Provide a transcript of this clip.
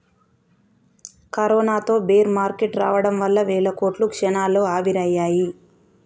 కరోనాతో bear market రావడం వల్ల వేల కోట్లు క్షణాల్లో ఆవిరయ్యాయి